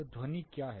तो ध्वनि क्या है